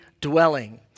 dwelling